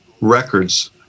records